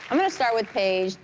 i'm gonna start with payge.